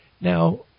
Now